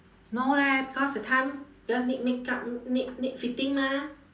no leh because that time just need make up n~ need need fitting mah